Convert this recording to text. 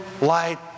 light